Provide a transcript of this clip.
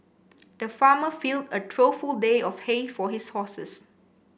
the farmer filled a trough full of hay for his horses